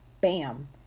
bam